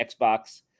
Xbox